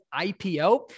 IPO